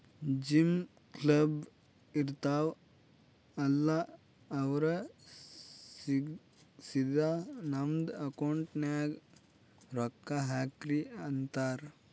gym, club, ಇರ್ತಾವ್ ಅಲ್ಲಾ ಅವ್ರ ಸಿದಾ ನಮ್ದು ಅಕೌಂಟ್ ನಾಗೆ ರೊಕ್ಕಾ ಹಾಕ್ರಿ ಅಂತಾರ್